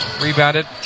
Rebounded